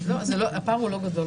הפער הוא לא גדול.